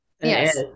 Yes